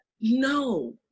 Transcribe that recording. no